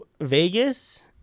Vegas